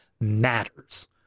matters